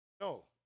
No